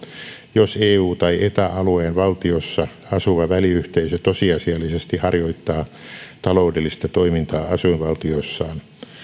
jos eu tai eta alueen valtiossa asuva väliyhteisö tosiasiallisesti harjoittaa taloudellista toimintaa asuinvaltiossaan